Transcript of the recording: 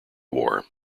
war